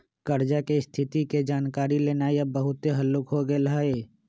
कर्जा की स्थिति के जानकारी लेनाइ अब बहुते हल्लूक हो गेल हइ